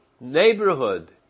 neighborhood